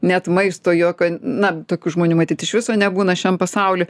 net maisto jokio na tokių žmonių matyt iš viso nebūna šiam pasauly